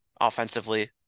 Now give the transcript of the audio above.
offensively